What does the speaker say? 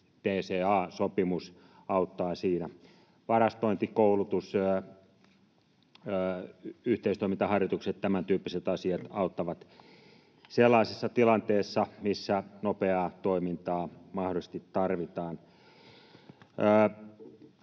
DCA-sopimus auttaa siinä. Varastointi, koulutus, yhteistoimintaharjoitukset — tämän tyyppiset asiat auttavat sellaisessa tilanteessa, missä nopeaa toimintaa mahdollisesti tarvitaan.